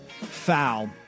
foul